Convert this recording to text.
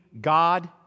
God